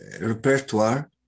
repertoire